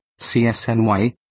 CSNY